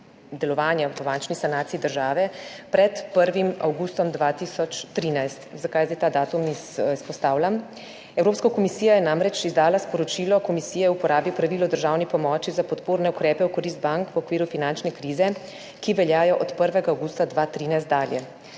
delovanja po bančni sanaciji države pred 1. avgustom 2013. Zakaj zdaj izpostavljam ta datum? Evropska komisija je namreč izdala Sporočilo Komisije o uporabi pravil o državni pomoči za podporne ukrepe v korist bank v okviru finančne krize, ki velja od 1. avgusta 2013 dalje.